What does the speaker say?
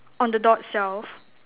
on the door itself